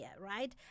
right